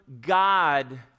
God